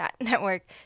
network